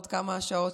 עוד כמה שעות,